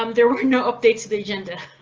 um there were no updates the agenda.